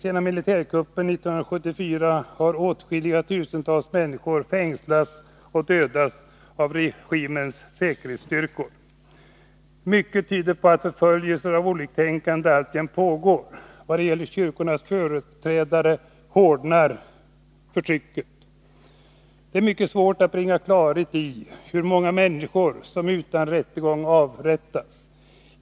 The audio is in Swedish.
Efter militärkuppen 1974 har åtskilliga tusental människor fängslats och dödats av regimens säkerhetsstyrkor. Mycket tyder på att förföljelser av oliktänkande alltjämt pågår. Vad gäller kyrkornas företrädare hårdnar förtrycket. Det är mycket svårt att bringa klarhet i hur många människor som avrättas utan rättegång.